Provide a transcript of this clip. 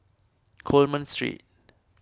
Coleman Street